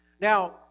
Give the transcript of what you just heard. Now